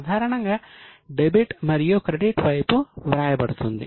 సాధారణంగా డెబిట్ మరియు క్రెడిట్ వైపు వ్రాయబడుతుంది